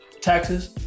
taxes